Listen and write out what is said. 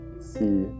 see